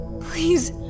Please